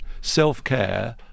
self-care